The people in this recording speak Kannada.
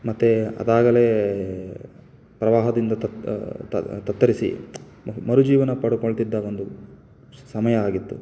ಮತ್ತು ಅದಾಗಲೇ ಪ್ರವಾಹದಿಂದ ತತ್ತರಿಸಿ ಮರುಜೀವನ ಪಡ್ಕೊಳ್ತಿದ್ದ ಒಂದು ಸ್ ಸಮಯ ಆಗಿತ್ತು